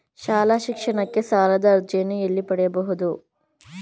ಶಾಲಾ ಶಿಕ್ಷಣಕ್ಕೆ ಸಾಲದ ಅರ್ಜಿಯನ್ನು ಎಲ್ಲಿ ಪಡೆಯಬಹುದು?